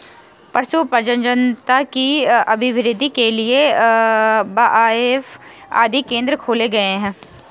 पशु प्रजननता की अभिवृद्धि के लिए बाएफ आदि केंद्र खोले गए हैं